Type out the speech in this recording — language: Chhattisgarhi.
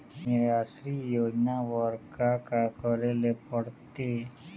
निराश्री योजना बर का का करे ले पड़ते?